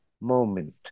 moment